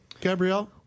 Gabrielle